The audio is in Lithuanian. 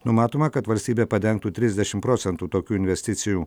numatoma kad valstybė padengtų trisdešim procentų tokių investicijų